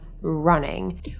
running